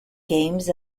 games